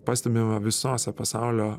pastebima visose pasaulio